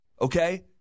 Okay